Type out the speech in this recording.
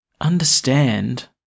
understand